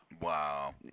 Wow